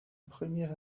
premier